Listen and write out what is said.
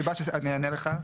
אני אענה לך,